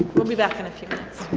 we'll be back in a few minutes